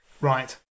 right